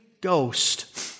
Ghost